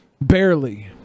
Barely